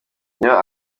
iyo